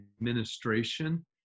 administration